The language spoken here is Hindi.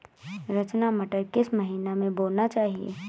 रचना मटर किस महीना में बोना चाहिए?